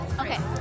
Okay